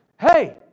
Hey